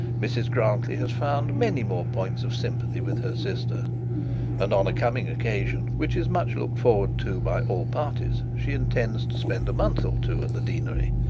mrs grantly has found many more points of sympathy with her sister and on a coming occasion, which is much looked forward to by all parties, she intends to spend a month or two at the deanery.